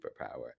superpower